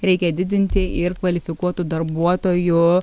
reikia didinti ir kvalifikuotų darbuotojų